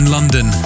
London